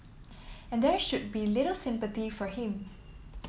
and there should be little sympathy for him